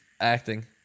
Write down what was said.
acting